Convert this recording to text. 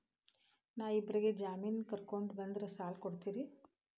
ನಾ ಇಬ್ಬರಿಗೆ ಜಾಮಿನ್ ಕರ್ಕೊಂಡ್ ಬಂದ್ರ ಸಾಲ ಕೊಡ್ತೇರಿ?